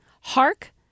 Hark